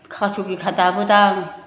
खास' बिखा दाबोदों आं